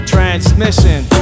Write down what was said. Transmission